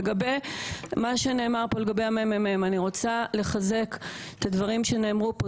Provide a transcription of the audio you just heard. לגבי מה שנאמר פה על המ.מ.מ אני רוצה לחזק את הדברים שנאמרו פה,